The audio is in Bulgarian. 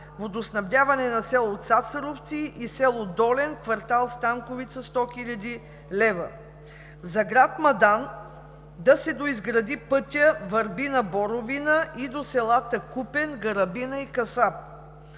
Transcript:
водоснабдяване на село Цацаровци и село Долен, квартал „Станковица“ – 100 хил. лв. За град Мадан да се доизгради пътят Върбина – Боровина и до селата Купен, Гарабина и Касап,